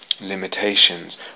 limitations